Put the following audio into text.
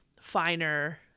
finer